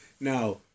Now